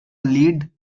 lead